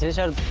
tell